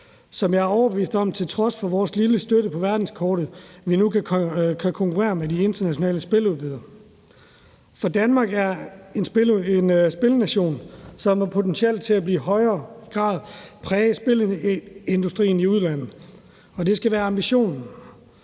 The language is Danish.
og jeg er overbevist om, at vi på trods af vores lille støtte på verdenskortet nu kan konkurrere med de internationale spiludbydere. For Danmark er en spilnation, som har potentiale til i højere grad at præge spilindustrien i udlandet, og det skal være ambitionen.